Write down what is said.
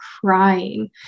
crying